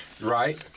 Right